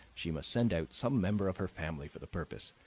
she must send out some member of her family for the purpose.